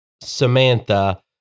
Samantha